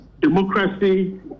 Democracy